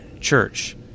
church